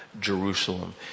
jerusalem